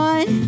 One